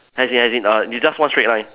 as in as in err it just one straight line